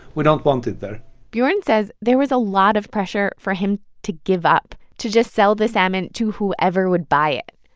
we don't want it there bjorn says there was a lot of pressure for him to give up to just sell the salmon to whoever would buy it.